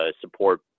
support